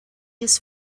his